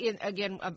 Again